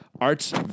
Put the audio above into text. Art's